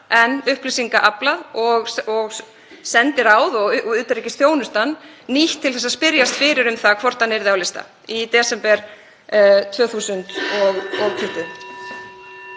en upplýsinga aflað og sendiráð og utanríkisþjónustan nýtt til að spyrjast fyrir um það hvort hann yrði á lista í desember 2020.